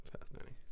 Fascinating